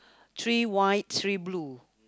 three white three blue